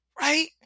Right